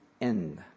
end